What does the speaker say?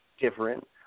different